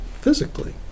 physically